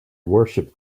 worshiped